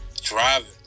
driving